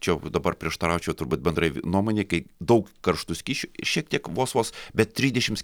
čia dabar prieštaraučiau turbūt bendrai nuomonei kai daug karštų skysčių šiek tiek vos vos bet trisdešims